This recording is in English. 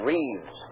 Reeves